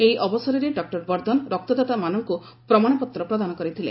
ଏହି ଅବସରରେ ଡକ୍ଟର ବର୍ଦ୍ଧନ ରକ୍ତଦାତାମାନଙ୍କୁ ପ୍ରମାଣପତ୍ର ପ୍ରଦାନ କରିଥିଲେ